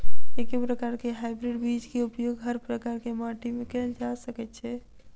एके प्रकार केँ हाइब्रिड बीज केँ उपयोग हर प्रकार केँ माटि मे कैल जा सकय छै?